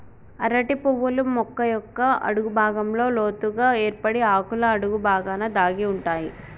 అరటి పువ్వులు మొక్క యొక్క అడుగు భాగంలో లోతుగ ఏర్పడి ఆకుల అడుగు బాగాన దాగి ఉంటాయి